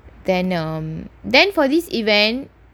then um for this event